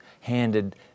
handed